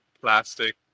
plastic